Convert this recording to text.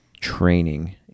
training